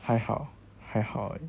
还好还好